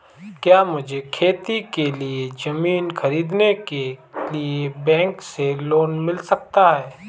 क्या मुझे खेती के लिए ज़मीन खरीदने के लिए बैंक से लोन मिल सकता है?